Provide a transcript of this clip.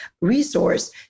resource